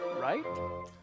right